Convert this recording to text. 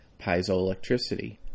piezoelectricity